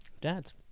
Dads